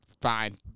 fine